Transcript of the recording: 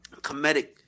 comedic